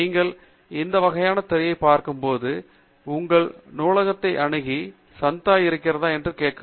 நீங்கள் இந்த வகையான திரையைப் பார்க்கும்போது உங்கள் நூலகத்தை அணுகி சந்தா இருக்கிறதா என்று கேட்கவும்